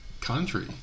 country